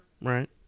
Right